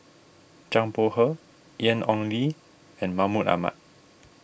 Zhang Bohe Ian Ong Li and Mahmud Ahmad